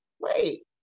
wait